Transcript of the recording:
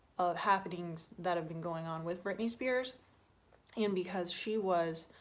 of happenings that have been going on with britney spears and because she was